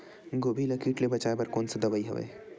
गोभी ल कीट ले बचाय बर कोन सा दवाई हवे?